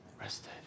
Rested